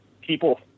people